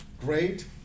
great